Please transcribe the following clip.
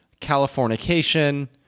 Californication